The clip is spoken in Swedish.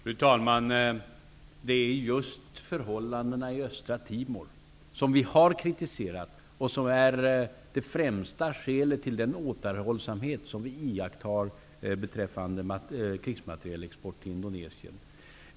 Fru talman! Det är just förhållandena i Östtimor som vi har kritiserat och som är det främsta skälet till den återhållsamhet som vi iakttar beträffande krigsmaterielexport till Indonesien.